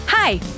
Hi